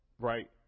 Right